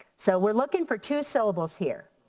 so we're looking for two syllables here.